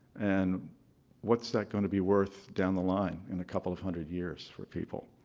and what's that going to be worth down the line in a couple of hundred years for people?